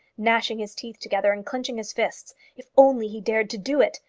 gnashing his teeth together, and clenching his fists. if only he dared to do it!